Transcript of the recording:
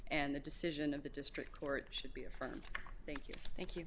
and the decision of the district court should be affirmed thank you thank you